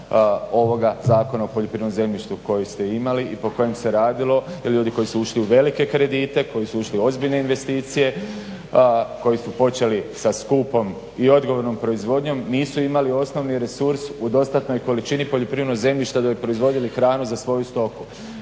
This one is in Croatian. ovoga Zakona o poljoprivrednom zemljištu koji ste imali i po kojem se radilo. Jer ljudi koji su ušli u velike kredite, koji su ušli u ozbiljne investicije, koji su počeli sa skupom i odgovornom proizvodnjom nisu imali osnovni resurs u dostatnoj količini poljoprivrednog zemljišta da bi proizvodili hranu za svoju stoku.